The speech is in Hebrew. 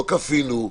לא כפינו,